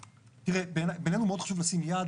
תראה, בעינינו מאוד חשוב לשים יעד.